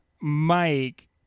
Mike